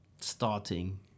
starting